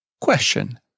Question